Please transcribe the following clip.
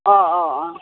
অঁ অঁ অঁ